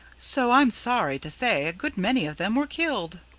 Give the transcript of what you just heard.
so i'm sorry to say a good many of them were killed.